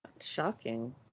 shocking